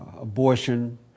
abortion